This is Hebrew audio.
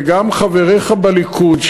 וגם חבריך בליכוד,